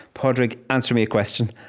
padraig, answer me a question.